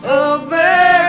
over